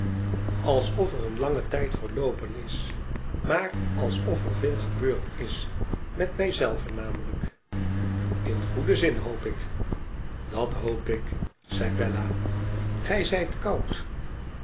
alsof er een lange tijd verloopen is maar alsof er veel gebeurd is met mij zel e namelijk in goeden zin hoop ik idat hoop ik zei bella igij zijt koud